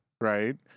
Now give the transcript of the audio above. right